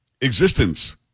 existence